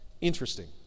interesting